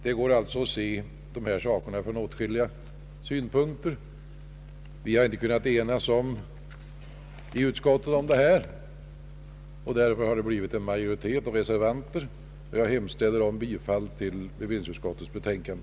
Det går alltså att se denna sak från åtskilliga synpunkter. Vi har i utskottet inte kunnat enas i denna fråga och det har därför blivit en majoritet av reservanter. Jag hemställer om bifall till bevillningsutskottets betänkande.